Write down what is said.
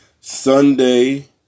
Sunday